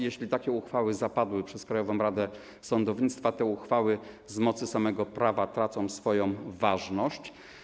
Jeśli takie uchwały zostały podjęte przez Krajową Radę Sądownictwa, te uchwały z mocy samego prawa tracą swoją ważność.